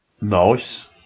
Nice